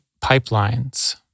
pipelines